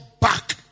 back